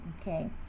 Okay